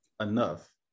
enough